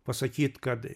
pasakyt kad